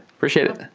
appreciate it.